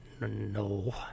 No